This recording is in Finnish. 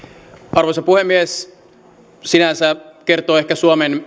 arvoisa puhemies sinänsä kertoo ehkä suomen